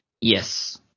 Yes